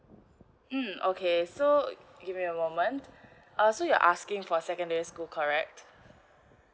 mm okay so give me a moment ah so you are asking for secondary school correct